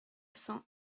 cents